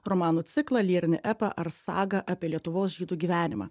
romanų ciklą lyrinį epą ar sagą apie lietuvos žydų gyvenimą